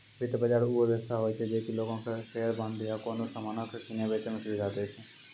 वित्त बजार उ व्यवस्था होय छै जे कि लोगो के शेयर, बांड या कोनो समानो के किनै बेचै मे सुविधा दै छै